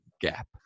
gap